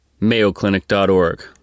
mayoclinic.org